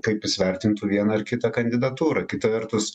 kaip jis vertintų vieną ar kitą kandidatūrą kita vertus